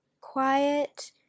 quiet